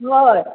hello